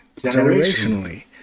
generationally